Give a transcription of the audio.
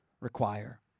require